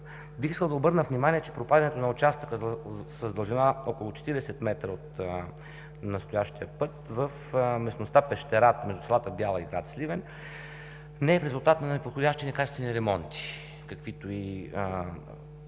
Бих искал да обърна внимание, че пропадането на участъка с дължина около 40 м от настоящия път в местността „Пещерата“ между село Бяла и град Сливен, не е в резултат на неподходящи и некачествени ремонти, каквито